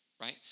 Right